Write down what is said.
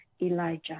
Elijah